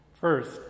First